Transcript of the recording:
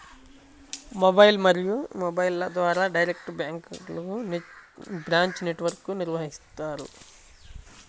mail మరియు మొబైల్ల ద్వారా డైరెక్ట్ బ్యాంక్లకు బ్రాంచ్ నెట్ వర్క్ను నిర్వహిత్తారు